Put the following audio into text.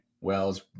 Wells